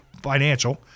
Financial